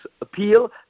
appeal